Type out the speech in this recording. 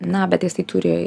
na bet jisai turi